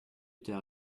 étaient